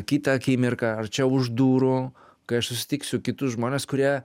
kitą akimirką ar čia už durų kai aš susitiksiu kitus žmones kurie